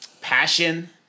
passion